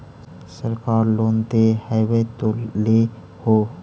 सरकार लोन दे हबै तो ले हो?